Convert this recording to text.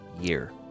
year